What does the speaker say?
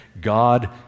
God